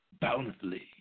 bountifully